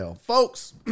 Folks